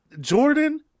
Jordan